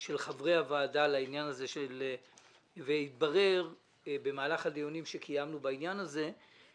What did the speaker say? של חברי הוועדה לעניין הזה - התברר במהלך הדיונים שקיימנו שהיום,